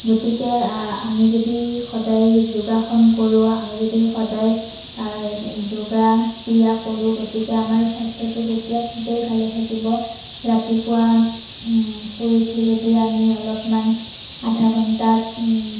গতিকে আমি যদি সদায় যোগাসন কৰোঁ আমি যদি সদায় যোগা ক্ৰিয়া কৰোঁ গতিকে আমাৰ স্বাস্থ্যটো তেতিয়া খুবেই ভালে থাকিব ৰাতিপুৱা শুই উঠি যদি আমি অলপমান আধা ঘণ্টাত